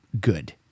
good